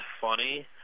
funny